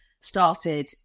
started